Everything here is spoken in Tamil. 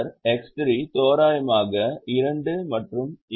நபர் x 3 தோராயமாக 2 அல்லது 2